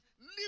leave